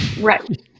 Right